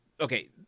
Okay